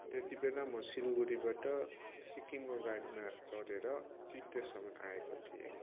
त्यतिबेला म सिलगढीबाट सिक्किमको गाडीमा चढे्र चित्रेसम्म आएको थिएँ